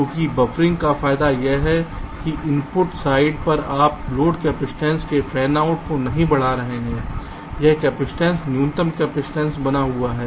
क्योंकि बफरिंग का फायदा यह है कि इनपुट साइड पर आप लोड कैपेसिटेंस के फैनआउट को नहीं बढ़ा रहे हैं यह कैपेसिटेंस न्यूनतम कैपेसिटेंस बना हुआ है